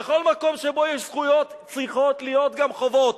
בכל מקום שבו יש זכויות צריכות להיות גם חובות.